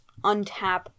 untap